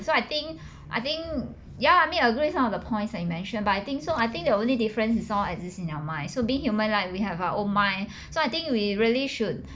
so I think I think ya I mean agree some of the points that you mentioned but I think so I think the only difference is all exist in our minds so being human right we have our own mind so I think we really should